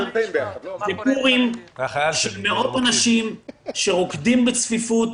בפורים היו מאות אנשים שרוקדים בצפיפות,